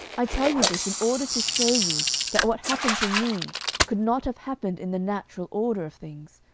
i tell you this in order to show you that what happened to me could not have happened in the natural order of things,